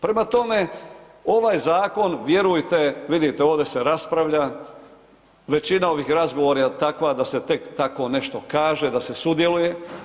Prema tome, ovaj zakon, vjerujte, vidite ovdje se raspravlja, većina ovih razgovora je takva da se tek tako nešto kaže, da se sudjeluje.